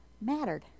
mattered